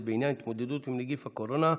בעניין התמודדות עם נגיף הקורונה,